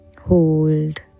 Hold